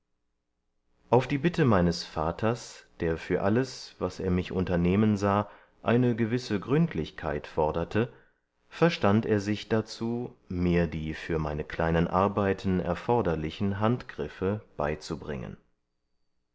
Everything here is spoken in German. auf die bitte meines vaters der für alles was er mich unternehmen sah eine gewisse gründlichkeit forderte verstand er sich dazu mir die für meine kleinen arbeiten erforderlichen handgriffe beizubringen